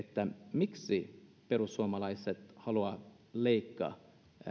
miksi perussuomalaiset haluavat leikata